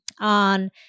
on